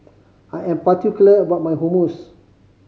I am particular about my Hummus